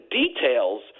details